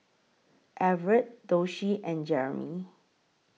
Everett Doshie and Jeramie